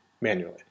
manually